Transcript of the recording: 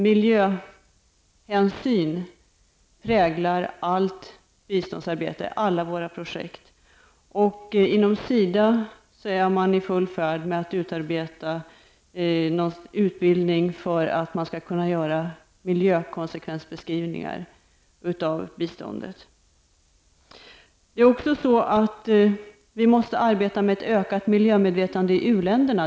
Miljöhänsyn präglar allt biståndsarbete, alla våra projekt. Inom SIDA är man i full färd med att utarbeta utbildning för att man skall kunna göra miljökonsekvensbeskrivningar när det gäller biståndet. Vi måste också arbeta för ett ökat miljömedvetande i u-länderna.